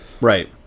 Right